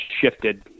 shifted